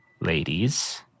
Ladies